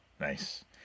Nice